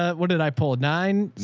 what did i pull it? nine,